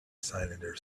cylinder